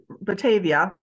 Batavia